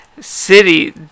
city